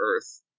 Earth